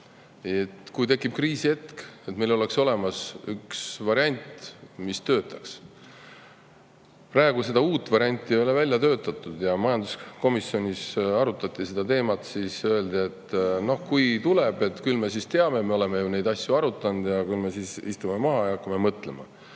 –, kui tekib kriisihetk, siis meil oleks olemas üks variant, mis töötaks. Praegu seda uut varianti ei ole välja töötatud. Majanduskomisjonis arutati seda teemat, öeldi, et kui tuleb, küll me siis teame, me oleme neid asju arutanud ja küll me siis istume maha ja hakkame mõtlema.